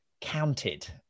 counted